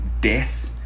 death